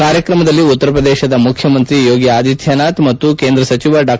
ಕಾರ್ಯಕ್ರಮದಲ್ಲಿ ಉತ್ತರ ಪ್ರದೇಶದ ಮುಖ್ಯಮಂತ್ರಿ ಯೋಗಿ ಆದಿತ್ಯನಾಥ್ ಮತ್ತು ಕೇಂದ್ರ ಸಚಿವ ಡಾ